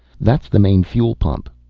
that's the main fuel pump.